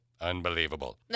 unbelievable